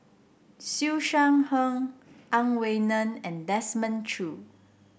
Siew Shaw Her Ang Wei Neng and Desmond Choo